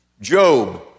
Job